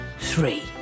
three